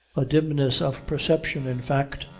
a dimness of perception, in fact,